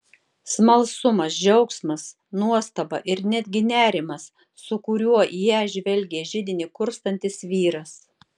smalsumas džiaugsmas nuostaba ir netgi nerimas su kuriuo į ją žvelgė židinį kurstantis vyras